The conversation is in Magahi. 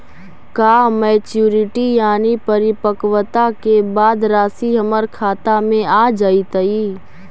का मैच्यूरिटी यानी परिपक्वता के बाद रासि हमर खाता में आ जइतई?